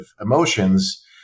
emotions